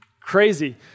crazy